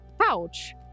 pouch